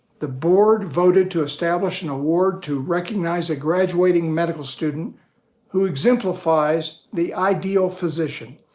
the board voted to establish an award to recognize a graduating medical student who exemplifies the ideal physician,